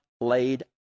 laid